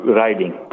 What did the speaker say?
riding